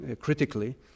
critically